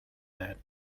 that